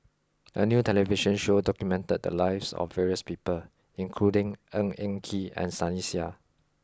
a new television show documented the lives of various people including Ng Eng Kee and Sunny Sia